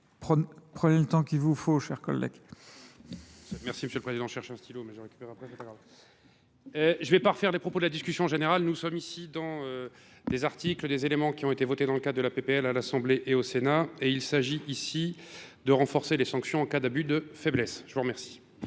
Prenez le temps qu'il vous faut, cher collègue. Merci M. le Président. Je vais pas refaire les propos de la discussion générale. Nous sommes ici dans des articles, des éléments qui ont été votés dans le cadre de la PPL à l'Assemblée et au Sénat. Et il s'agit ici de renforcer les sanctions en cas d'abus de faiblesse. Je vous remercie.